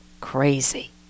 crazy